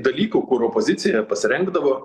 dalykų kur opozicija pasiregdavo